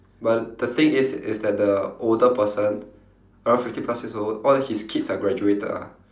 but the the thing is is that the older person around fifty plus years old all his kids are graduated ah